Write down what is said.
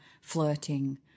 Flirting